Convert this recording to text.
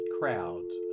crowds